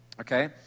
okay